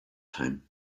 time